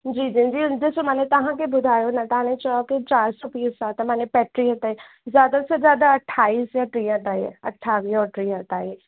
जी जी जी ॾिसो माने तव्हांखे ॿुधायो न ताने चवां थी चारि सौ पीस आहे त माने पंटीह ताईं ज्यादा से ज्यादा अठाईस यां टीह ताईं अठावीअ और टीह ताईं